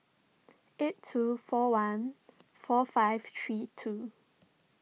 eight two four one four five three two